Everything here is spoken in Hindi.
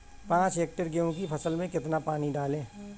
पाँच हेक्टेयर गेहूँ की फसल में कितना पानी डालें?